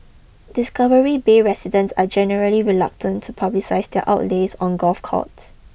discovery bay residents are generally reluctant to publicise their outlays on golf carts